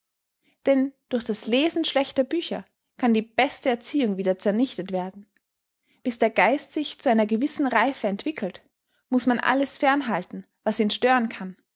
denn durch das lesen schlechter bücher kann die beste erziehung wieder zernichtet werden bis der geist sich zu einer gewissen reife entwickelt muß man alles fern halten was ihn stören kann